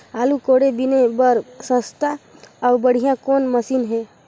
आलू कोड़े बीने बर सस्ता अउ बढ़िया कौन मशीन हे?